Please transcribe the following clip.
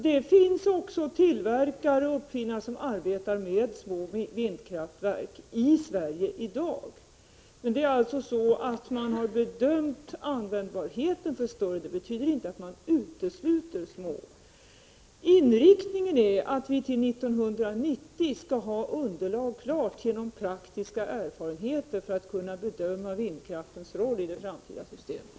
Det finns också tillverkare och uppfinnare som arbetar med små vindkraftverk i Sverige i dag. Man har alltså gjort en bedömning av användbarheten för större vindkraftverk. Det betyder inte att man utesluter små. Inriktningen är att vi till 1990 genom praktiska erfarenheter skall ha underlag klart för att kunna bedöma vindkraftens roll i det framtida systemet.